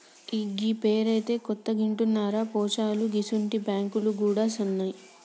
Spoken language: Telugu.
గీ పేరైతే కొత్తగింటన్నరా పోశాలూ గిసుంటి బాంకులు గూడ ఉన్నాయా